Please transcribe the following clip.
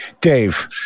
Dave